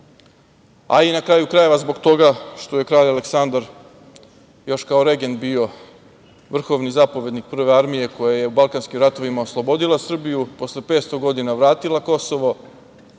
a i na kraju krajeva zbog toga što je Kralj Aleksandar još kao regen bio vrhovni zapovednik Prve armije koja je u balkanskim ratovima oslobodila Srbiju, posle 500 godina vratila Kosovo,